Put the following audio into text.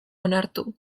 onartu